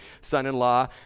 son-in-law